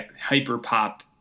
hyper-pop